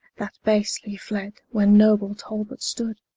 that basely fled, when noble talbot stood